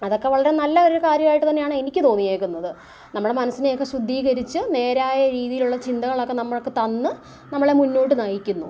അതൊക്കെ വളരെ നല്ല ഒരു കാര്യമായിട്ട് തന്നെയാണ് എനിക്ക് തോന്നിയേക്കുന്നത് നമ്മുടെ മനസിനെ ഒക്കെ ശുദ്ധീകരിച്ച് നേരായ രീതിയിലുള്ള ചിന്തകളൊക്കെ നമുക്ക് തന്ന് നമ്മളെ മുന്നോട്ട് നയിക്കുന്നു